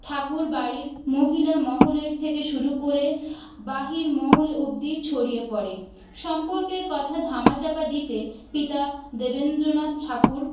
ঠাকুরবাড়ির মহিলা মহলের থেকে শুরু করে বাহির মহল অবধি ছড়িয়ে পড়ে সম্পর্কের কথা ধামাচাপা দিতে পিতা দেবেন্দ্রনাথ ঠাকুর